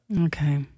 Okay